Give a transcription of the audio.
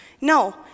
no